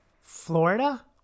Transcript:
Florida